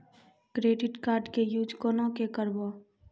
Credit card के use कोना के करबऽ?